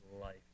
life